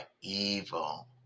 evil